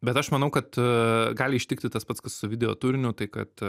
bet aš manau kad gali ištikti tas pats kad su video turiniu tai kad